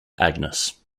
agnes